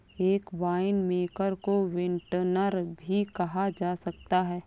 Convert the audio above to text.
एक वाइनमेकर को विंटनर भी कहा जा सकता है